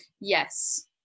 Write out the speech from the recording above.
Yes